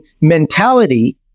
mentality